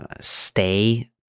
stay